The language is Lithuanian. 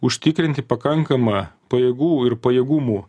užtikrinti pakankamą pajėgų ir pajėgumų